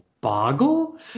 boggle